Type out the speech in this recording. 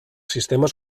sistemes